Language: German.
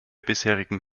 bisherigen